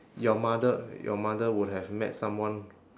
your mother your mother would have met someone